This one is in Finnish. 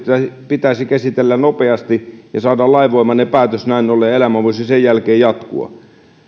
pitäisi käsitellä nopeasti ja saada lainvoimainen päätös näin ollen ja elämä voisi sen jälkeen jatkua